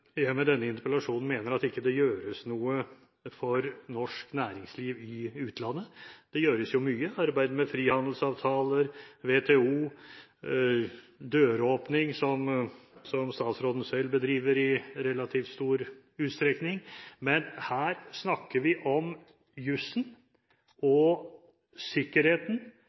jeg med denne interpellasjonen mener at det ikke gjøres noe for norsk næringsliv i utlandet. Det gjøres mye arbeid med frihandelsavtaler, WTO og døråpning, som statsråden selv bedriver i relativt stor utstrekning, men her snakker vi om jusen og sikkerheten